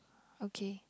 okay